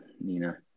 Nina